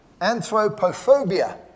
Anthropophobia